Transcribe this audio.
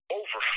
over